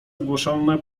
ogłoszone